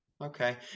okay